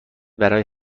برای